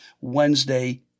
Wednesday